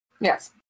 Yes